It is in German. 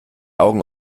augen